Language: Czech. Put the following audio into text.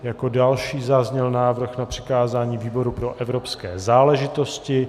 Jako další zazněl návrh na přikázání výboru pro evropské záležitosti.